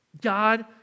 God